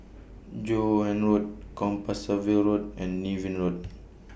Joan Road Compassvale Road and Niven Road